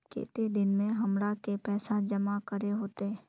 केते दिन में हमरा के पैसा जमा करे होते?